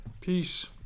Peace